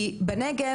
כי בנגב,